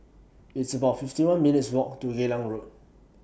It's about fifty one minutes' Walk to Geylang Road